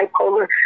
bipolar